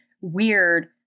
weird